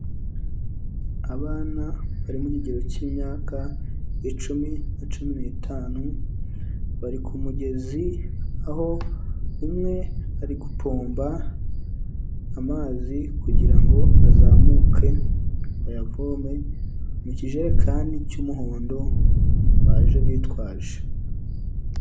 Abana bari mu kigero k'imyaka icumi na cumi n'tanu, bari ku mugezi aho umwe ari gutomba amazi kugirango ngo azamuke bayavome mu kijerekani cy'umuhondo baje bitwaje.